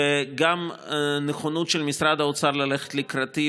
וגם הנכונות של משרד האוצר ללכת לקראתי